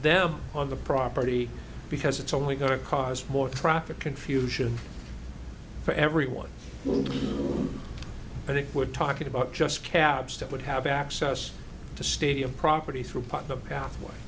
them on the property because it's only going to cause more traffic confusion for everyone well i think we're talking about just cab step would have access to stadium property through park the pathway